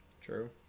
True